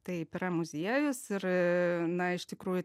taip yra muziejus ir na iš tikrųjų